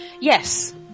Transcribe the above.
yes